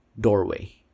doorway